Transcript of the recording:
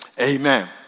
amen